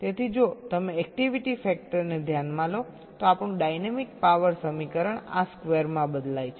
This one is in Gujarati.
તેથી જો તમે એક્ટિવિટી ફેક્ટર ને ધ્યાનમાં લો તો આપણું ડાયનેમિક પાવર સમીકરણ આ સ્ક્વેરમાં બદલાય છે